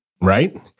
Right